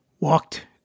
walked